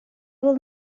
will